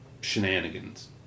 shenanigans